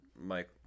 Mike